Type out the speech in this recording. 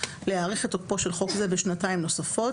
להאריך את תוקפו של חוק זה בשנתיים נוספות,